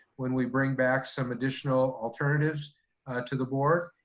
when we bring back some additional alternatives to the board.